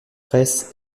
presse